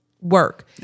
work